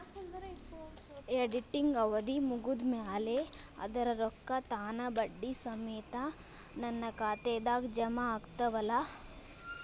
ಇಡಗಂಟಿನ್ ಅವಧಿ ಮುಗದ್ ಮ್ಯಾಲೆ ಅದರ ರೊಕ್ಕಾ ತಾನ ಬಡ್ಡಿ ಸಮೇತ ನನ್ನ ಖಾತೆದಾಗ್ ಜಮಾ ಆಗ್ತಾವ್ ಅಲಾ?